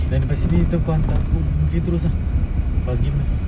then lepas ni kau hantar aku pergi boon keng terus ah house gym jer